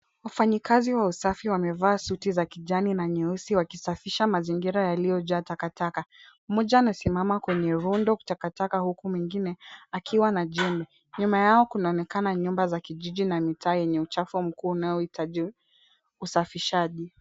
Wafanyikazi wa usafi wamevaa suti za kijani na nyeusi wakisafisha mazingira yaliyojaa takataka. Moja anasimama kwenye rundo la takataka huku mwingine akiwa na jembe. Nyuma yao kunaonekana nyumba za kijiji na mitaa yenye uchafu mkuu unaohitaji usafishaji.